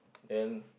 then